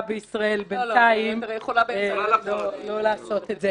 בישראל בינתיים - לא לעשות את זה.